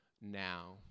now